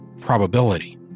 probability